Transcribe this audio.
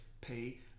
pay